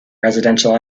residential